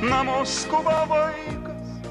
namu skuba vaikas